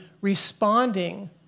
responding